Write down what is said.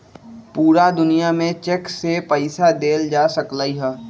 पूरा दुनिया में चेक से पईसा देल जा सकलई ह